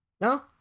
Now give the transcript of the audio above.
No